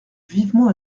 vivement